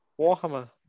warhammer